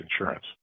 insurance